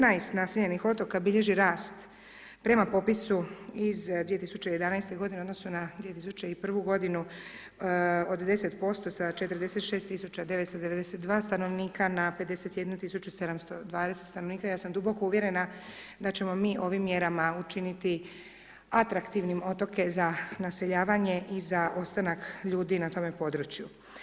19 naseljenih otoka bilježi rast prema popisu iz 2011. godine u odnosu na 2001. godinu od 10% sa 46.992 stanovnika na 51.720 stanovnika ja sam duboko uvjerena da ćemo mi ovim mjerama učiniti atraktivnim otoke za naseljavanje i za ostanak ljudi na tome području.